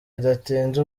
bidatinze